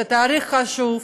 זה תאריך חשוב.